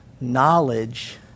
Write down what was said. knowledge